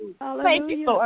Hallelujah